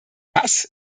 das